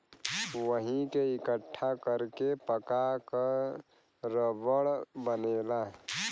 वही के इकट्ठा कर के पका क रबड़ बनेला